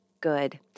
good